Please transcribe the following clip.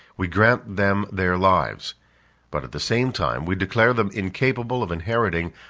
we grant them their lives but, at the same time, we declare them incapable of inheriting,